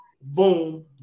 boom